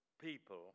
people